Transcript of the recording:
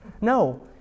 No